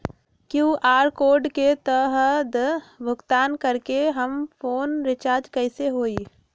QR code के तहद भुगतान करके हम फोन रिचार्ज कैसे होई?